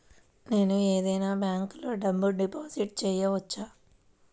నేను ఏదైనా బ్యాంక్లో డబ్బు డిపాజిట్ చేయవచ్చా?